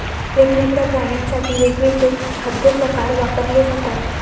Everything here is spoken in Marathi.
वेगवेगळ्या प्राण्यांसाठी वेगवेगळे खाद्य प्रकार वापरले जातात